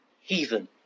Heathen